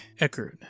Eckerd